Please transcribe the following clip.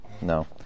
no